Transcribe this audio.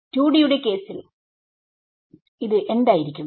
2D യുടെ കേസിൽ എന്തായിരിക്കും